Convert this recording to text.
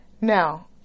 Now